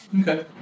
Okay